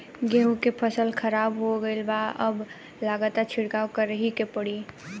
गेंहू के फसल खराब हो गईल बा अब लागता छिड़काव करावही के पड़ी